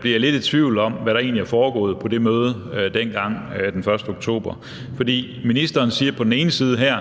bliver lidt i tvivl om, hvad der egentlig er foregået på det møde dengang den 1. oktober. For ministeren siger her på den ene side,